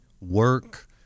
work